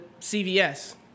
CVS